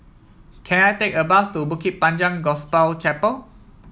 can I take a bus to Bukit Panjang Gospel Chapel